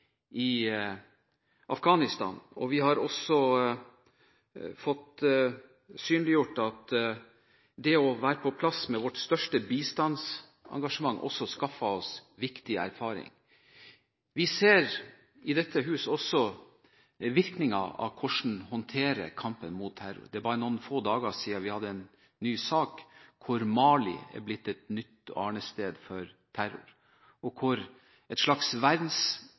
i Afghanistan. Vi har også fått synliggjort at det å være på plass med vårt største bistandsengasjement også skaffer oss viktig erfaring. Vi ser i dette hus også virkningen av hvordan håndtere kampen mot terror. Det er bare noen få dager siden vi hadde en ny sak, der Mali er blitt et nytt arnested for terror, og der et slags